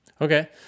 Okay